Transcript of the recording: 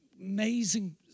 amazing